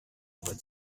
aber